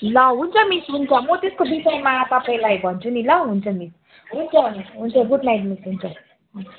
ल हुन्छ मिस हुन्छ म त्यसको विषयमा तपाईँलाई भन्छु नि ल हुन्छ मिस हुन्छ मिस हुन्छ गुड नाइट मिस हुन्छ